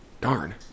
Darn